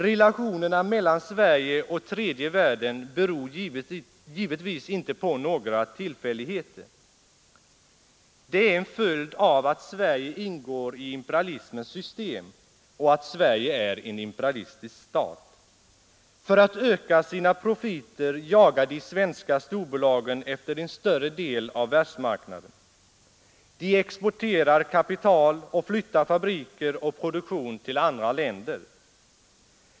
Relationerna mellan Sverige och tredje världen beror givetvis inte på några tillfälligheter. De är en följd av att Sverige ingår i imperialismens system och att Sverige är en imperialistisk stat. För att öka sina profiter jagar de svenska storbolagen efter en större del av världsmarknaden. De exporterar kapital och flyttar fabriker och produktion till andra länder.